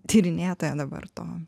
tyrinėtoja dabar to